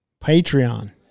Patreon